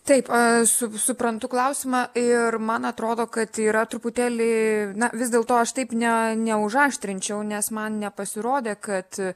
taip aš suprantu klausimą ir man atrodo kad yra truputėlį na vis dėlto aš taip ne ne užaštrinčiau nes man nepasirodė kad